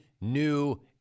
new